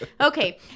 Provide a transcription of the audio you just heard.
Okay